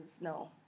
no